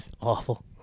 Awful